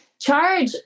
Charge